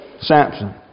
Samson